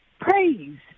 Praise